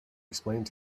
explained